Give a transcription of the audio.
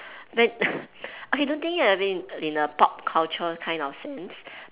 when okay don't think it in a way in a pop culture kind of sense